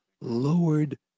lowered